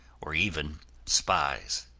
or even spies.